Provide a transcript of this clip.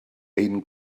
ein